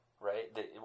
right